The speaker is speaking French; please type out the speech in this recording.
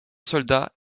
soldat